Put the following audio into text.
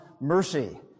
mercy